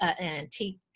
antique